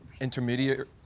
intermediate